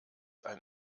ein